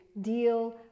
deal